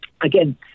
again